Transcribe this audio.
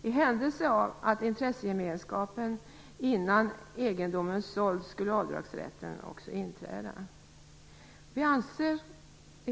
skulle också inträda i händelse av att intressegemenskapen skulle upphöra innan egendomen har sålts.